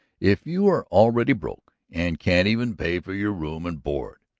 if you are already broke and can't even pay for your room and board.